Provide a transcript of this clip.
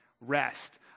rest